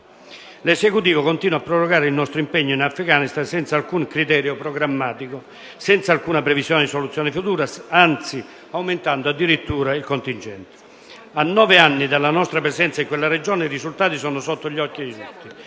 L'Esecutivo continua a prorogare il nostro impegno in Afghanistan senza alcun criterio programmatico, senza alcuna previsione di soluzione futura, anzi aumentando addirittura il contingente. Dopo nove anni di nostra presenza in quelle regioni i risultati sono sotto gli occhi di tutti: